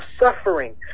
suffering